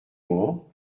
mohan